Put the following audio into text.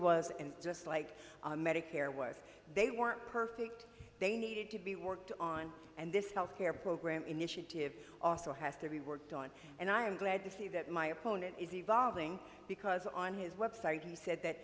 in just like medicare was they weren't perfect they needed to be worked on and this health care program initiative also has to be worked on and i am glad to see that my opponent is evolving because on his website he said that